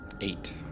Eight